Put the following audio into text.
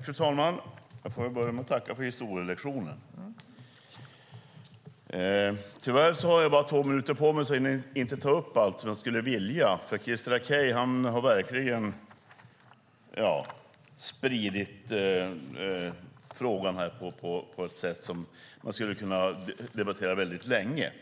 Fru talman! Jag börjar med att tacka för historielektionen. Tyvärr har jag bara två minuter på mig. Jag hinner inte ta upp allt jag skulle vilja ta upp. Christer Akej har verkligen spridit frågan på ett sätt som gör att man skulle kunna debattera väldigt länge.